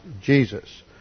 Jesus